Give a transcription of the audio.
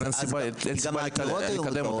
אין סיבה לקדם --- גם העתירות היו מיותרות.